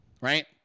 Right